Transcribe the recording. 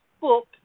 book